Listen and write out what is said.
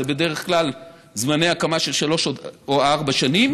זה בדרך כלל זמני הקמה של שלוש או ארבע שנים.